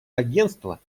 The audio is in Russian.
агентства